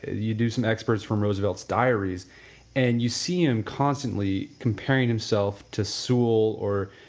you do some experts from roosevelt's diaries and you see him constantly comparing himself to sewall or,